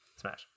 Smash